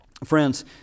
Friends